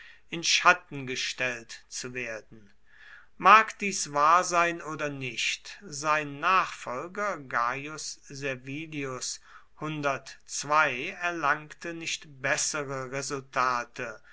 in schatten gestellt zu werden mag dies wahr sein oder nicht sein nachfolger gaius servilius erlangte nicht bessere resultate